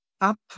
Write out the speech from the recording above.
up